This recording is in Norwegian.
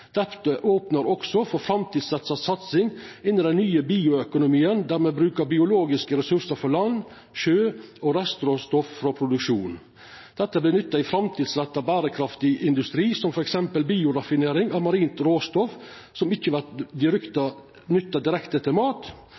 opnar også for framtidsretta satsing innan den nye bioøkonomien, der me brukar biologiske ressursar frå land og sjø og restråstoff frå produksjon. Dette vert nytta i framtidsretta, berekraftig industri som f.eks. bioraffinering av marint råstoff som ikkje vert nytta direkte til mat.